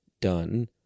done